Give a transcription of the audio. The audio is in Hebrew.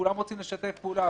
כולם רוצים לשתף פעולה,